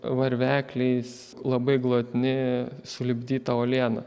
varvekliais labai glotni sulipdyta uoliena